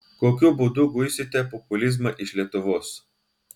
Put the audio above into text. kokiu būdu guisite populizmą iš lietuvos